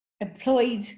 employed